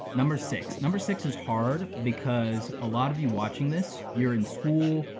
number six, number six is hard because a lot of you watching this, you're in school,